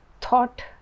thought